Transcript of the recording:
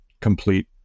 complete